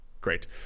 Great